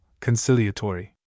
conciliatory